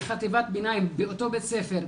בחטיבת ביניים באותו בית ספר,